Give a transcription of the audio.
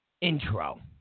intro